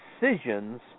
decisions